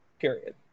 Period